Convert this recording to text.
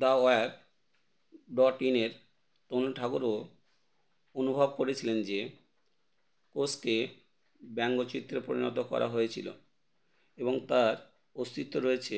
দা wire dot ইনের তনুল ঠাকুরও অনুভব করেছিলেন যে কোচকে ব্যঙ্গচিত্রে পরিণত করা হয়েছিলো এবং তার অস্ত্বিত রয়েছে